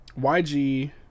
YG